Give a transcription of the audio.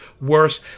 worse